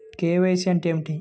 KYC అంటే ఏమి?